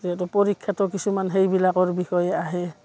যিহেতু পৰীক্ষাটো কিছুমান সেইবিলাকৰ বিষয়ে আহে